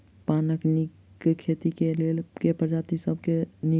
पानक नीक खेती केँ लेल केँ प्रजाति सब सऽ नीक?